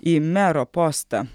į mero postą